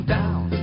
down